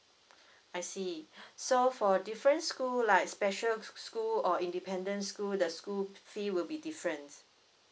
I see so for different school like special school or independent school the school fee will be differents